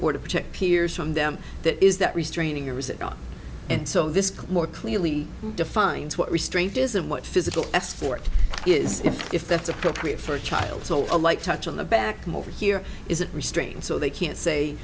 or to protect peers from them that is that restraining or is it and so this more clearly defines what restraint is and what physical escort is if that's appropriate for a child so a light touch on the back i'm over here isn't restrained so they can't say